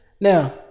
Now